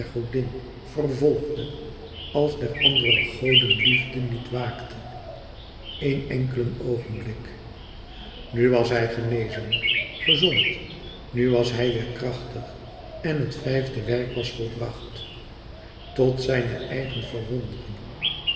godin vervolgde als der andere goden liefde niet waakte eén enkelen oogenblik nu was hij genezen gezond nu was hij weêr krachtig en het vijfde werk was volbracht tot zijne eigen verwondering